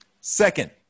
Second